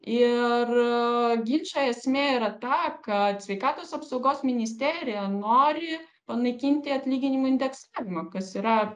ir ginčo esmė yra ta kad sveikatos apsaugos ministerija nori panaikinti atlyginimų indeksavimą kas yra